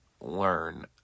learn